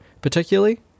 particularly